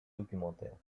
documentaires